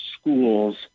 schools